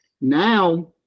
now